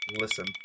Listen